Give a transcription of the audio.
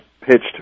pitched